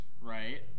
right